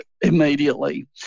immediately